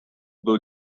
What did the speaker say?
byl